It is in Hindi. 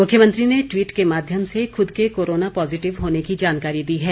मुख्यमंत्री ने टवीट के माध्यम से खुद के कोरोना पॉजिटिव होने की जानकारी दी है